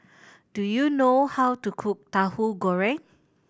do you know how to cook Tahu Goreng